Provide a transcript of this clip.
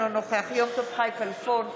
אינו נוכח יום טוב חי כלפון,